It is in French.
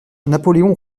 napoléon